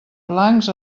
blancs